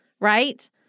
Right